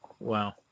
Wow